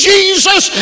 Jesus